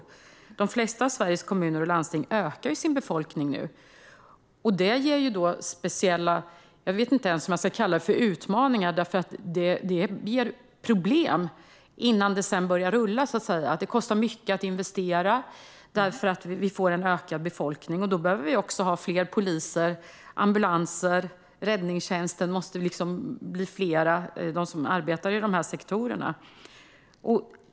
I de flesta kommuner och landsting ökar befolkningen, vilket ger problem innan det sedan börjar rulla. Det kostar mycket att investera när befolkningen ökar. Vi behöver fler poliser och ambulanser, och det behövs fler inom räddningstjänsten.